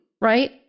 right